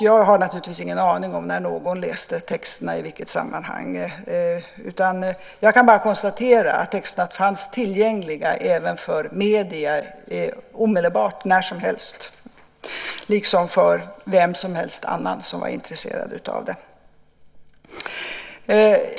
Jag har naturligtvis ingen aning om när någon läste texterna och i vilket sammanhang det skedde. Jag kan bara konstatera att texterna omedelbart fanns tillgängliga även för medierna, liksom för vemsomhelst annan som var intresserad av dem.